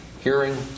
hearing